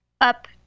up